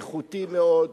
איכותי מאוד,